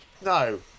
No